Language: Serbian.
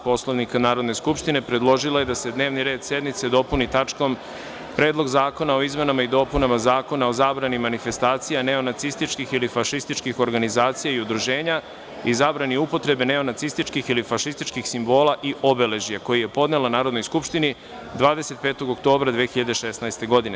Poslovnika Narodne skupštine, predložila je da se dnevni red sednice dopuni tačkom – Predlog zakona o izmenama i dopunama Zakona o zabrani manifestacija neonacističkih ili fašističkih organizacija i udruženja i zabrani upotrebe neonacističkih ili fašističkih simbola i obeležja, koji je podnela Narodnoj skupštini 25. oktobra 2016. godine.